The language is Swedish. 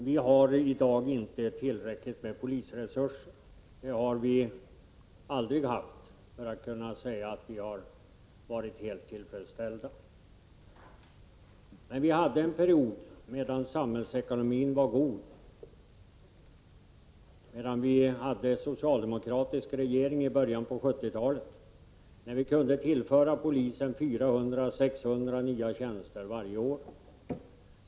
Herr talman! Vi har i dag inte tillräckligt med polisresurser. Det har vi aldrig haft — inte så att vi har kunnat säga att vi har varit helt tillfredsställda. Men vi hade en period då samhällsekonomin var god, medan vi hade socialdemokratisk regering i början av 1970-talet, när vi kunde tillföra polisen 400-600 tjänster varje år.